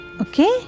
okay